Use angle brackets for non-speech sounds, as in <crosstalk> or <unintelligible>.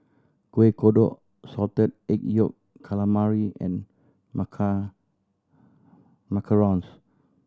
Kueh Kodok Salted Egg Yolk Calamari and <unintelligible> macarons